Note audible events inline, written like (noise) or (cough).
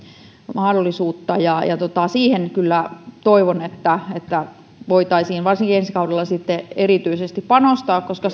mahdollisuutta ja ja kyllä toivon että että siihen voitaisiin varsinkin ensi kaudella sitten erityisesti panostaa koska (unintelligible)